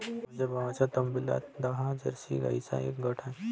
माझ्या भावाच्या तबेल्यात दहा जर्सी गाईंचा एक गट आहे